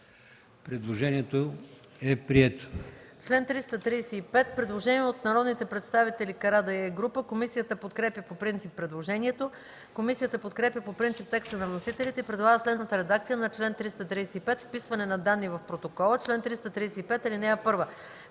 Предложението е прието.